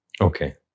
Okay